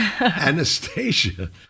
Anastasia